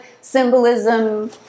symbolism